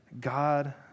God